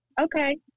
okay